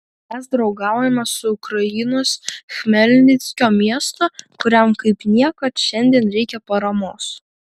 mes draugaujame su ukrainos chmelnickio miestu kuriam kaip niekad šiandien reikia paramos